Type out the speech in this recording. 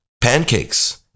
pancakes